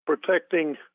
protecting